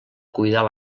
cuidar